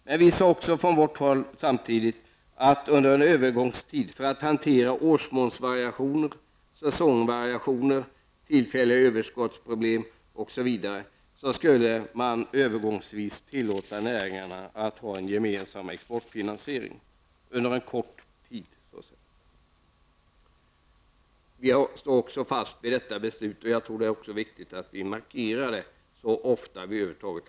Men vi sade också samtidigt att under en övergångsperiod skulle man tillåta näringarna att ha en gemensam exportfinansiering för att hantera årsmomsvariationer, säsongsvariationer, tillfälligt överskottsproblem osv. Vi står också fast vid detta beslut, och jag tror att det är viktigt att vi markerarv det så ofta vi har möjlighet.